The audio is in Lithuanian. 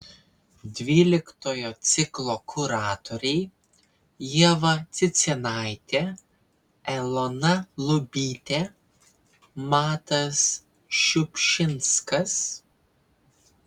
dvyliktojo ciklo kuratoriai ieva cicėnaitė elona lubytė matas šiupšinskas